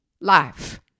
life